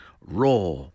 raw